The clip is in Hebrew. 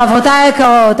חברותי היקרות,